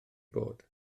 bod